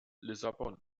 lissabon